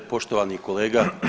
Poštovani kolega.